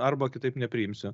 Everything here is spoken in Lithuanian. arba kitaip nepriimsiu